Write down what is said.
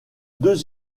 deux